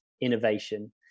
innovation